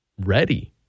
ready